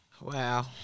Wow